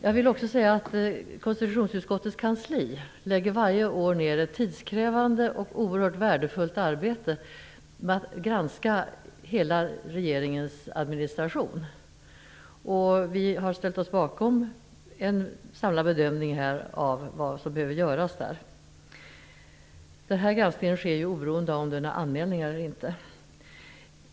Jag vill också säga att konstitutionsutskottets kansli varje år lägger ned ett tidskrävande och oerhört värdefullt arbete med att granska hela regeringens administration. Vi har ställt oss bakom en samlad bedömning av vad som behöver göras. Denna granskning sker oberoende av om det finns några anmälningar eller inte.